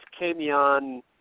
Camion